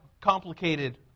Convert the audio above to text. complicated